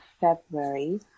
february